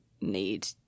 need